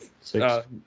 six